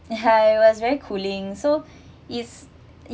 ya it was very cooling so is